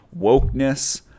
wokeness